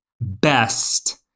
best